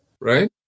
Right